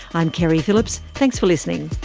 i'm keri phillips. thanks for listening